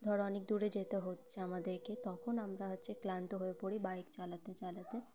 ধর অনেক দূরে যেতে হচ্ছে আমাদেরকে তখন আমরা হচ্ছে ক্লান্ত হয়ে পড়ি বাইক চালাতে চালাতে